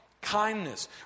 kindness